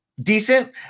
decent